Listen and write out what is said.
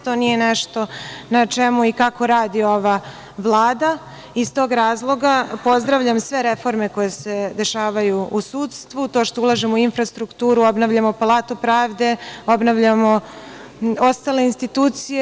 To nije nešto na čemu i kako radi ova Vlada i iz tog razloga pozdravljam sve reforme koje se dešavaju u sudstvu - to što ulažemo u infrastrukturu, obnavljamo Palatu pravde, obnavljamo ostale institucije.